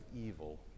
evil